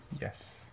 Yes